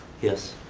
yes.